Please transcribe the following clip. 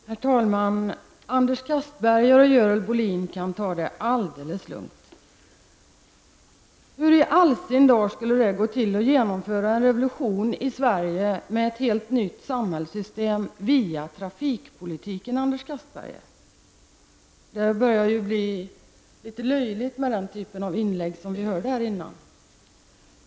Herr talman! Anders Castberger och Görel Bohlin kan ta det alldeles lugnt. Hur i all sin dar skulle det gå att genomföra en revolution i Sverige med ett helt nytt samhällssystem via trafikpolitiken, Anders Castberger? Det börjar bli litet löjligt med den typ av inlägg som vi nyss hörde.